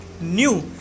new